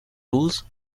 rules